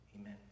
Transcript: Amen